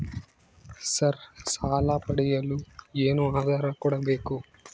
Sir ಸಾಲ ಪಡೆಯಲು ಏನು ಆಧಾರ ಕೋಡಬೇಕು?